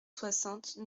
soixante